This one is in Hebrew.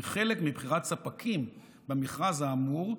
כחלק מבחינת ספקים במכרז האמור,